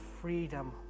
freedom